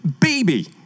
baby